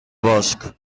bosc